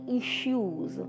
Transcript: issues